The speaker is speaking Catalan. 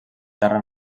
terra